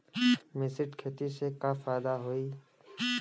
मिश्रित खेती से का फायदा होई?